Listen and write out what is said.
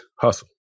Hustle